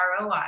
ROI